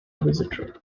visitor